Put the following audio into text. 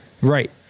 Right